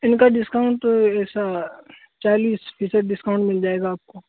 ان کا ڈسکاؤنٹ ایسا چالیس فیصد ڈسکاؤنٹ مل جائے گا آپ کو